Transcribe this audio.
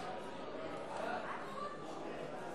חוק להחלפת המונח